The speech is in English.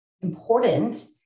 important